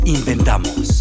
Inventamos